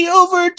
over